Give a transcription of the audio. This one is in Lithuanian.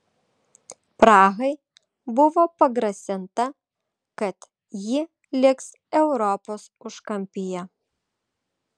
prahai buvo pagrasinta kad ji liks europos užkampyje